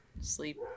Sleep